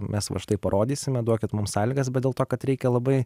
mes va štai parodysime duokit mum sąlygas bet dėl to kad reikia labai